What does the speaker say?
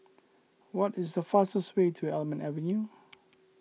what is the fastest way to Almond Avenue